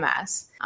MS